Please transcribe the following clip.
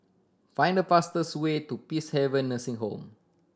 find the fastest way to Peacehaven Nursing Home